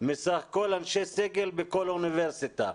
מסך כל אנשי הסגל בכל אוניברסיטה.